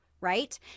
right